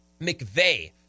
McVeigh